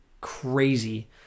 crazy